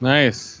Nice